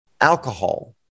alcohol